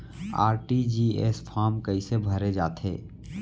RTGS form कइसे भरे जाथे?